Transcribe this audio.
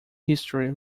history